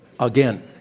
Again